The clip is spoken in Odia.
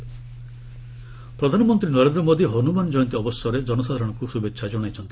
ପିଏମ୍ ହନୁମାନ ଜୟନ୍ତୀ ପ୍ରଧାନମନ୍ତ୍ରୀ ନରେନ୍ଦ୍ର ମୋଦି ହନୁମାନ କୟନ୍ତୀ ଅବସରରେ ଜନସାଧାରଣଙ୍କୁ ଶୁଭେଛା ଜଣାଇଛନ୍ତି